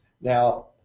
Now